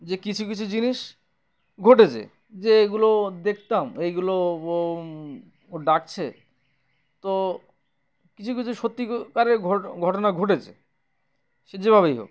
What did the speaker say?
যে কিছু কিছু জিনিস ঘটেছে যে এইগুলো দেখতাম এইগুলো ডাকছে তো কিছু কিছু সত্যিকারের ঘট ঘটনা ঘটেছে সে যেভাবেই হোক